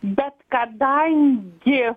bet kadangi